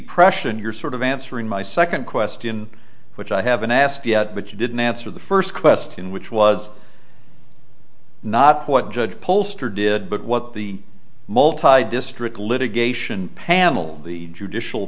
pression you're sort of answering my second question which i haven't asked yet but you didn't answer the first question which was not what judge pollster did but what the multi district litigation panel the judicial